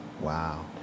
Wow